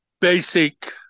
Basic